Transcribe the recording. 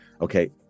Okay